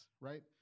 right